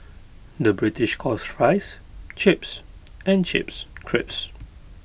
the British calls Fries Chips and Chips Crisps